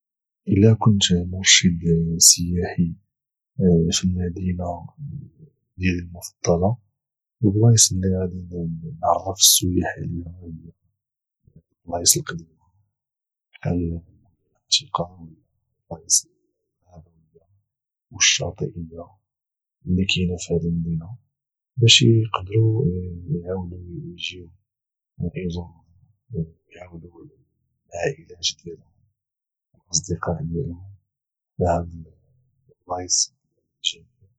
الى كنت مرشد سياحي في المدينة ديالي المفضلة البلايص اللي غادي نعرف السياح عليها هي البلايص القديمة بحال المدن العتيقة ولا البلايص الغابوية والشواطئ اللي كاينة فهاد المدينة باش اقدرو اعاودو اجيو يزوروها ويعاودو للعائلات ديالهم والاصدقاء ديالهم على هاد البلايص الجميلة